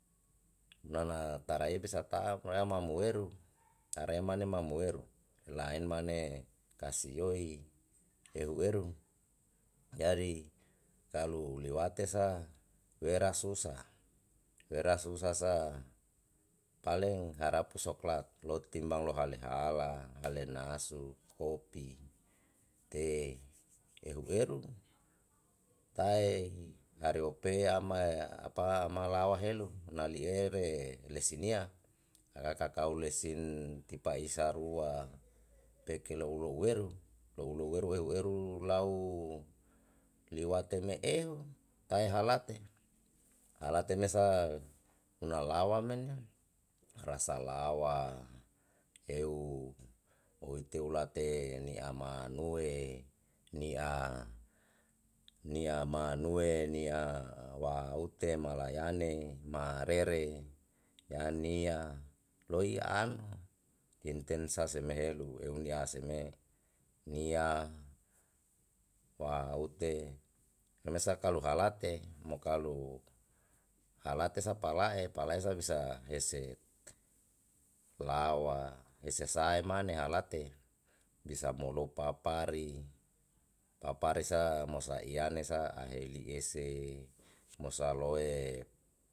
Nana tara epe sa ta'm rama moeru are mane ma moeru laen mane kasioi ehu eru jadi kalu liwate sa wera susa wera susa sa paleng harap soklat lo timbang lo hale hala hale nasu kopi te ehu eru tae hario pe ama apa ama lawa helu na li ere lesi nia ara kakao lesin tipa isa rua peke lou lou eru lou lou eru ehu eru lau liwate me eu kahe halate halate mesa una lawa menio rasa lawa eu oiteu late ni'a ma nue ni'a ni'a ma nue ni'a ma wa ute malayane ma rere yania loi an himten sa seme helu eu nia aseme nia wa'aute remesa kalu halate mo kalu halate sa palae palae sa bisa hese lawa hese sae mane halate bisa molo papari papari sa mosa iyane sa ahe li ese mo saloe.